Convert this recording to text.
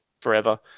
forever